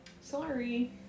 Sorry